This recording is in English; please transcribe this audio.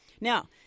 Now